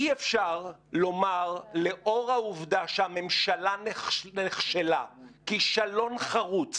אי אפשר לומר לאור העובדה שהממשלה נכשלה כישלון חרוץ